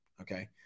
Okay